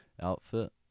outfit